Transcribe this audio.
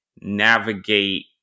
navigate